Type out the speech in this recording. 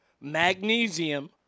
magnesium